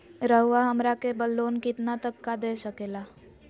रउरा हमरा के लोन कितना तक का दे सकेला?